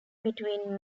between